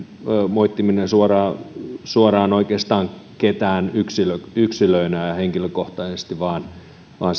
moittiminen suoraan suoraan oikeastaan ketään yksilönä yksilönä ja henkilökohtaisesti vaan vaan